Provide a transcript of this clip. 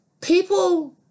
people